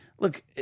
Look